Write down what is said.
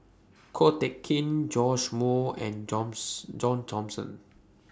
Ko Teck Kin Joash Moo and Johns John Thomson